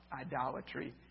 idolatry